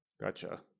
Gotcha